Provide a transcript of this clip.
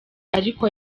ariko